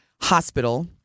Hospital